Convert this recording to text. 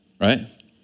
right